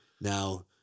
now